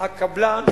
הקבלן,